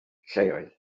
lleoedd